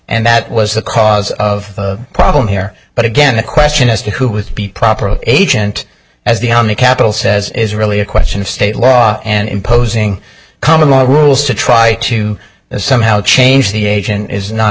and that was the cause of the problem here but again the question as to who was be proper agent as the on the capitol says is really a question of state law and imposing common law rules to try to somehow change the agent is not